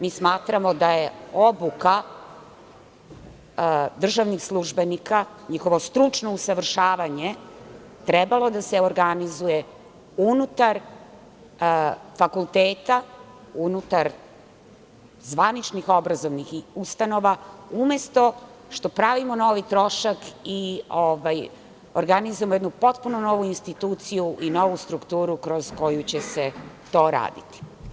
Mi smatramo da je obuka državnih službenika, njihovo stručno usavršavanje, trebalo da se organizuje unutar fakulteta, unutar zvaničnih obrazovnih ustanova, umesto što pravimo novi trošak i organizujemo jednu potpuno novu instituciju i novu strukturu kroz koju će se to raditi.